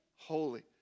holy